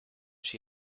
she